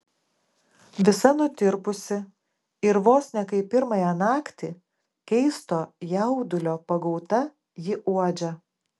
visa nutirpusi ir vos ne kaip pirmąją naktį keisto jaudulio pagauta ji uodžia